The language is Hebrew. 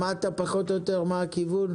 שמעת פחות או יותר מה הכיוון?